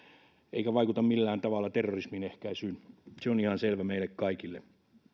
eikä vaikuta millään tavalla terrorismin ehkäisyyn se on ihan selvä meille kaikille